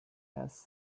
has